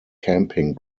camping